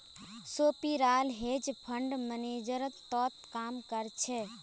सोपीराल hedge fund manager तोत काम कर छ